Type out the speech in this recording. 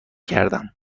کردم